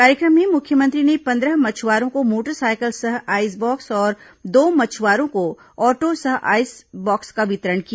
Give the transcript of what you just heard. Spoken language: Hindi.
कार्यक्रम में मुख्यमंत्री ने पंद्रह मछुआरों को मोटरसाइकिल सह आईस बॉक्स और दो मछुआरों को ऑटो सह आईस बॉक्स का वितरण किया